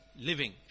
living